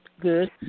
good